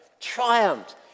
triumphed